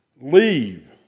leave